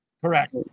Correct